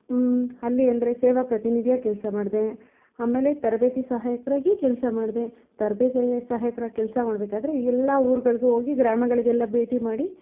ಅಲ್ಲಿ ಅಂದರೆ ಸೇವಾ ಪ್ರತಿನಿಧಿಯಾಗಿ ಕೆಲಸ ಮಾಡದೆ ಆಮೇಲೆ ತರಬೇತಿ ಸಹಾಯಕರಾಗಿ ಕೆಲಸ ಮಾಡದೆ ತರಬೇತಿ ಸಹಾಯಕ್ರಾಗಿ ಕೆಲಸ ಮಾಡಬೇಕಾದ್ರೆ ಎಲ್ಲ ಊರ್ಗಳಿಗೂ ಹೋಗಿ ಗ್ರಾಮಗಳಿಗೆಲ್ಲ ಭೇಟಿ ಮಾಡಿ